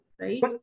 Right